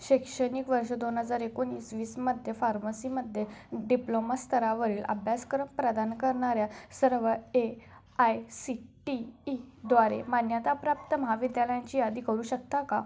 शैक्षणिक वर्ष दोन हजार एकोणीस वीसमध्ये फार्मसीमध्ये डिप्लोमा स्तरावरील अभ्यासक्रम प्रदान करणाऱ्या सर्व ए आय सी टी ईद्वारे मान्यताप्राप्त महाविद्यालयांची यादी करू शकता का